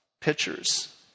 pitchers